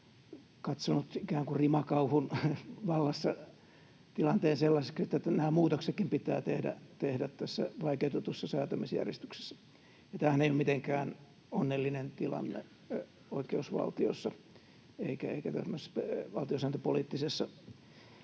katsonut ikään kuin rimakauhun vallassa tilanteen sellaiseksi, että nämä muutoksetkin pitää tehdä tässä vaikeutetussa säätämisjärjestyksessä. Tämähän ei ole mitenkään onnellinen tilanne oikeusvaltiossa eikä valtiosääntöpoliittisessa